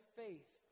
faith